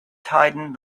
tightened